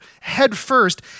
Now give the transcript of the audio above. headfirst